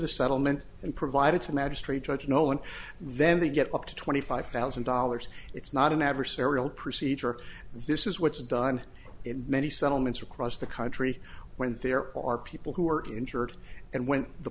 the settlement and provided to magistrate judge no and then they get up to twenty five thousand dollars it's not an adversarial procedure this is what's done in many settlements across the country went there are people who are injured and when the